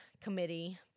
committee